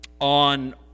on